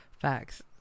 Facts